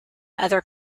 other